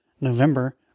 November